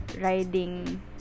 riding